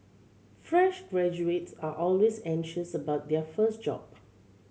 fresh graduates are always anxious about their first job